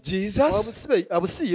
Jesus